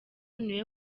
niwe